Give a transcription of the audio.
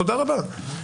תודה רבה.